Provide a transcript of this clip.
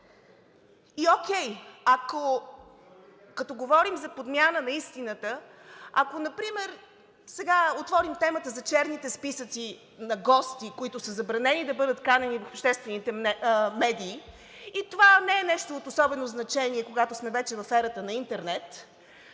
случай? И като говорим за подмяна на истината, ако например сега отворим темата за черните списъци на гости, които са забранени да бъдат канени в обществените медии, това не е нещо от особено значение, когато сме вече в ерата на интернет.